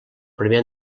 primer